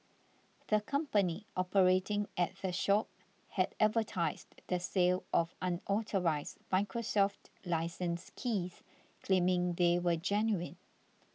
the company operating at the shop had advertised the sale of unauthorised Microsoft licence keys claiming they were genuine